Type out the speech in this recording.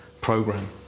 program